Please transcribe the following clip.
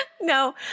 No